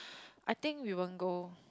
I think we won't go